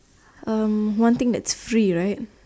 um one thing that's free right